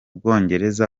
bwongereza